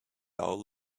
all